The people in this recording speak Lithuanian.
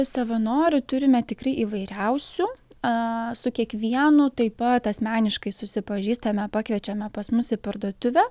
savanorių turime tikrai įvairiausių su kiekvienu taip pat asmeniškai susipažįstame pakviečiame pas mus į parduotuvę